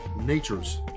nature's